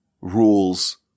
rules